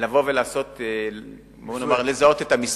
לבוא ולזהות את המספר.